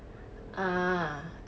ah